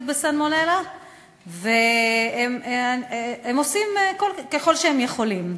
בסלמונלה והם עושים ככל שהם יכולים.